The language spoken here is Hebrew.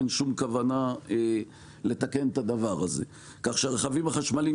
אין שום הכוונה לתקן את הדבר הזה כך שהרכבים החשמליים,